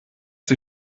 sie